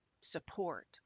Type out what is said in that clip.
support